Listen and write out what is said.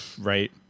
right